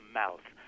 mouth